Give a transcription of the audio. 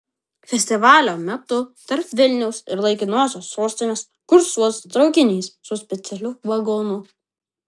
festivalio metu tarp vilniaus ir laikinosios sostinės kursuos traukinys su specialiu vagonu